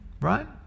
Right